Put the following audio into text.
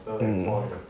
mm